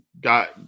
got